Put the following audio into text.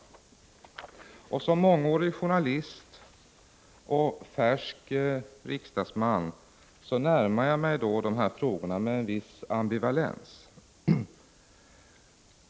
Som mångårig journalist och färsk riksdagsman närmar jag mig de här frågorna med en viss ambivalens.